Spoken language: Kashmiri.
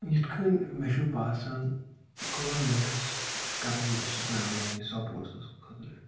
یِتھ کٔنۍ مے چھُ باسان گورمٮ۪نٛنٹس چِھ کَرٕنۍ سپینل مٔنی سوپوٹسس منز خٲطر